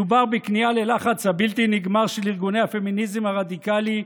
מדובר בכניעה ללחץ הבלתי-נגמר של ארגוני הפמיניזם הרדיקלי,